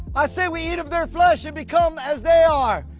i say we eat of their flesh and become as they are,